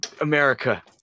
America